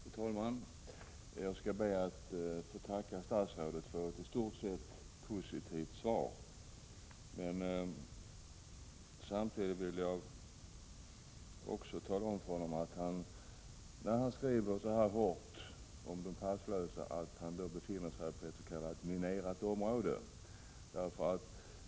Fru talman! Jag skall be att få tacka statsrådet för ett i stort sett positivt svar. Men samtidigt vill jag tala om för honom att han, när han skriver så hårt om de passlösa, befinner sig på ett s.k. minerat område.